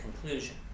conclusion